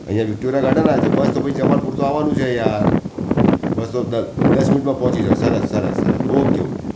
અહીંયા Victoria garden આવ્યા છે બસ તો પછી જમાલપુર તો આવવાનું છે યાર બસ તો દસ મિનિટમાં પહોંચી જાવ સરસ સરસ સરસ ઓકે ઓકે